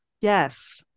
yes